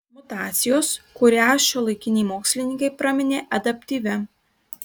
mutacijos kurią šiuolaikiniai mokslininkai praminė adaptyvia